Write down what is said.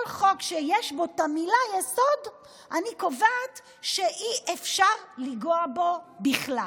כל חוק שיש בו את המילה "יסוד" אני קובעת שאי-אפשר לנגוע בו בכלל.